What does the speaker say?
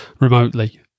remotely